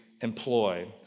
employ